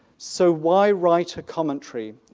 so why write a commentary?